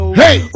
hey